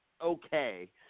okay